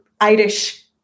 Irish